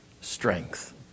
strength